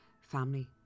family